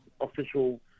official